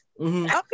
Okay